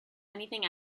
anything